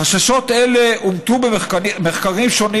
חששות אלה אומתו במחקרים שונים,